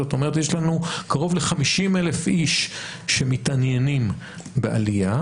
זאת אומרת יש לנו קרוב ל-50,000 איש שמתעניינים בעלייה.